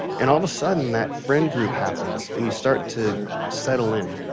and all of a sudden, that friend group happens and you start to settle in.